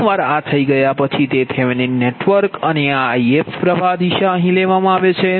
એકવાર આ થઈ ગયા પછી તે થેવેનિન નેટવર્ક અને આ If પ્ર્વાહ દિશા અહીં લેવામાં આવે છે